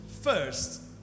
first